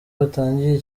batangiye